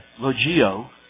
Logio